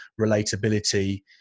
relatability